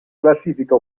classifica